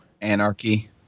Anarchy